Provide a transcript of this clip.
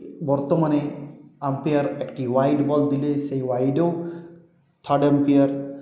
বর্তমানে আম্পায়ার একটি wide ball দিলে সেই ওয়াইডও থার্ড আম্পায়ার